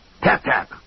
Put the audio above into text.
Tap-tap